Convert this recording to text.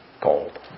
gold